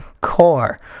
core